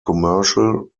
commercial